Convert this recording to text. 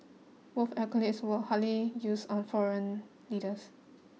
both accolades were hardly used on foreign leaders